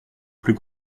plus